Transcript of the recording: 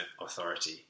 authority